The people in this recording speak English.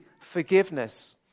forgiveness